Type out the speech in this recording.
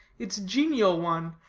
its genial one,